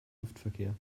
luftverkehr